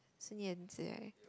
Sun Yan Zhi right